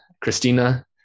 Christina